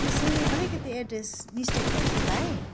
त्यसमा नि अलिकति एड्रेस मिस्टेक भएछ कि भाइ